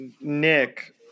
Nick